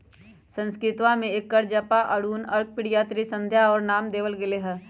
संस्कृतवा में एकरा जपा, अरुण, अर्कप्रिया, त्रिसंध्या और भी नाम देवल गैले है